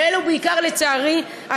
ואלו בעיקר הנשים, לצערי,